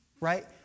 right